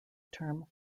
term